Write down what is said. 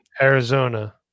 Arizona